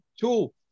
two